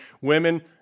women